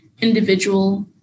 individual